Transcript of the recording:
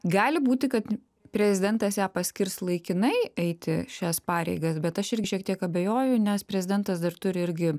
gali būti kad prezidentas ją paskirs laikinai eiti šias pareigas bet aš irgi šiek tiek abejoju nes prezidentas dar turi irgi